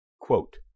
Quote